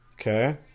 Okay